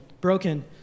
broken